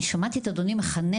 אני שמעתי את אדוני מכנה,